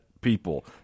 people